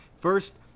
First